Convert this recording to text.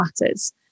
Matters